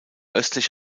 östlich